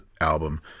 album